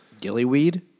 Gillyweed